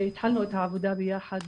התחלנו את העבודה ביחד